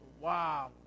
Wow